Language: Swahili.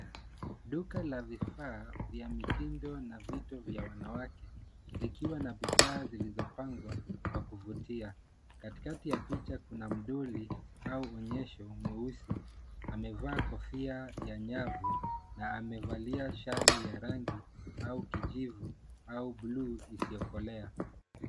Duka la vifaa vya mitindo na vitu vya wanawake likiwa na bidhaa zilizopangwa kwa kuvutia. Katikati ya picha kuna mdoli au onyesho mweusi amevaa kofia ya nyavu na amevalia shali ya rangi au kijivu au buluu isiyokolea.